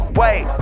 wait